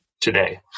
today